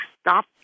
stop